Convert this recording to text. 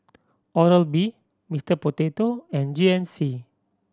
Oral B Mister Potato and G N C